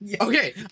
okay